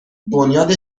بنیاد